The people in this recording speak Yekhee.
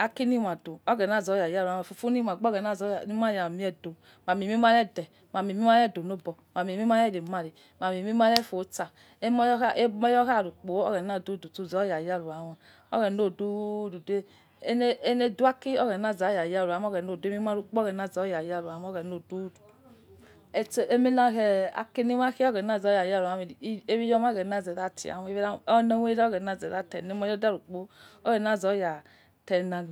akilema do, oghena zoya yaro yama fufu lima aigbe lima yamie, do mamie mare do, mamie mare dolobo, mamie mare semare, mamie mare fuola, wimo oya kha ukpo, oghena odududu zoya, yaro aima, oghena odududu aile dua ati oghena zoya yoro aima, aimie marukpo oghena zoya yaro aima oghena odududu aku lima khai ile ya oghena ziya taima omoya da ukpo oghena zu te ura.